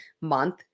month